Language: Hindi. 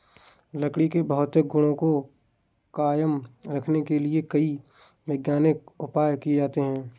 लकड़ी के भौतिक गुण को कायम रखने के लिए कई वैज्ञानिक उपाय किये जाते हैं